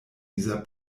dieser